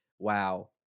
wow